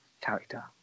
character